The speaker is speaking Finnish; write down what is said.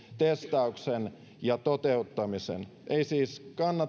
testauksen ja toteuttamisen ei siis kannata kiireessä valmistella sutta